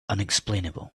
unexplainable